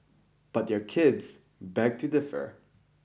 but their kids beg to differ